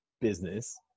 business